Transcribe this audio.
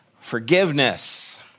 forgiveness